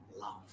love